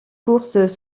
courses